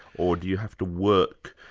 or do you have to work?